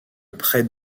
près